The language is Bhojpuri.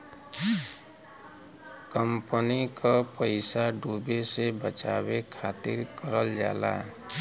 कंपनी क पइसा डूबे से बचावे खातिर करल जाला